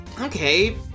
Okay